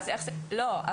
לא,